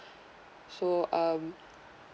so um